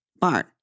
barn